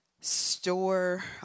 Store